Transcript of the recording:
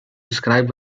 describe